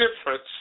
difference